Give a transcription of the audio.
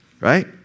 Right